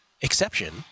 exception